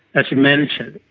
as you mentioned,